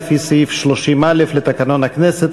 30א לתקנון הכנסת,